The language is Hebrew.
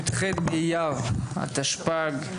י״ח באייר התשפ״ג,